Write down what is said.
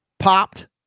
Popped